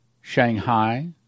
Shanghai